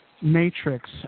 matrix